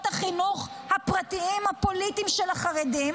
החינוך הפרטיים הפוליטיים של החרדים,